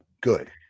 Good